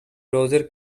browser